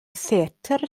theatr